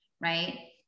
right